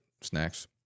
Snacks